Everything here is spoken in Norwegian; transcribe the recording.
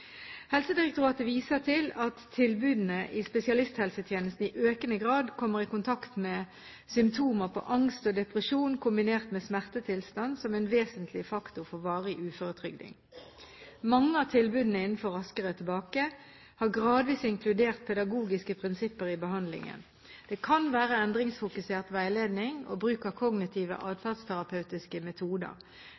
Helsedirektoratet viser til at tilbudene i spesialisthelsetjenesten i økende grad kommer i kontakt med symptomer på angst og depresjon kombinert med smertetilstand som en vesentlig faktor for varig uføretrygding. Mange av tilbudene innenfor Raskere tilbake har gradvis inkludert pedagogiske prinsipper i behandlingen. Det kan være endringsfokusert veiledning og bruk av kognitive